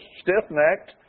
stiff-necked